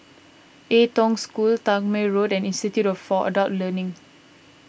Ai Tong School Tangmere Road and Institute for Adult Learning